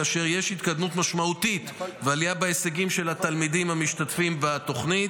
כאשר יש התקדמות משמעותית ועלייה בהישגים של התלמידים המשתתפים בתוכנית.